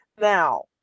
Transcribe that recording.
now